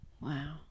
Wow